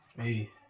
Hey